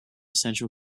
central